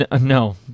No